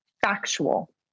factual